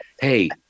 hey –